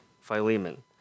Philemon